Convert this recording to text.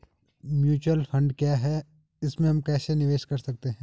Mutual fund क्या है इसमें हम कैसे निवेश कर सकते हैं?